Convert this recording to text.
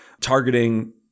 targeting